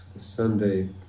Sunday